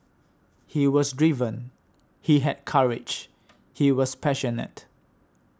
he was driven he had courage he was passionate